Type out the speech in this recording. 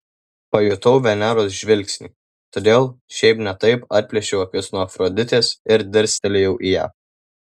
pajutau veneros žvilgsnį todėl šiaip ne taip atplėšiau akis nuo afroditės ir dirstelėjau į ją